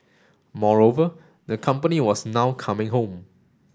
moreover the company was now coming home